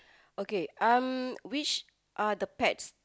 okay um which are the pets